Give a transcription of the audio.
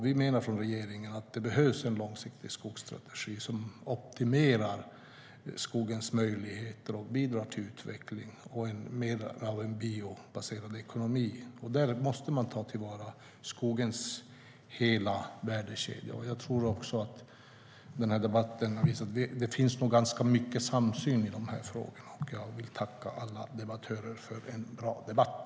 Vi menar från regeringen att det behövs en långsiktig skogsstrategi som optimerar skogens möjligheter och bidrar till utveckling och en mer biobaserad ekonomi. Man måste ta till vara skogens hela värdekedja. Jag tycker att den här debatten har visat att det finns ganska stor samsyn i de här frågorna. Jag vill tacka alla debattörer för en bra debatt.